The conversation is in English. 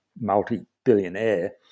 multi-billionaire